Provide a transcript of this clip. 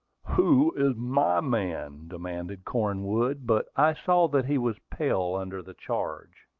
who is my man? demanded cornwood. but i saw that he was pale under the charge.